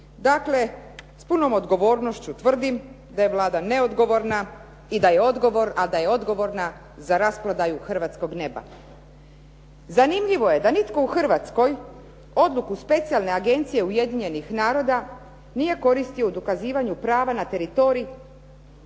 Dakle, s punom odgovornošću tvrdim da je Vlada neodgovorna, a da je odgovorna za rasprodaju hrvatskog neba. Zanimljivo je da nitko u Hrvatskoj odluku specijalne agencije Ujedinjenih naroda nije koristio u dokazivanju prava na teritorij